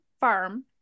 farm